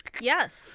yes